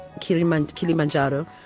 Kilimanjaro